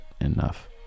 enough